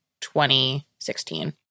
2016